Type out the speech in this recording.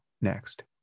next